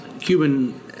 Cuban